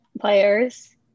players